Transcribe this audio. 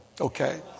okay